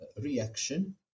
reaction